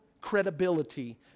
credibility